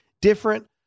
different